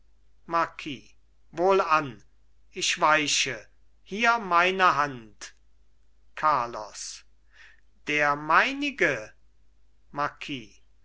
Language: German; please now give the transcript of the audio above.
marquis wohlan ich weiche hier meine hand carlos der meinige